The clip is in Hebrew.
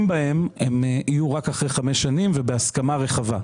בהם הם יהיו רק אחרי חמש שנים ובהסכמה רחבה.